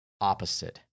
opposite